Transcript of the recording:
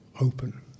open